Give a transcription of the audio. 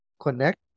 connect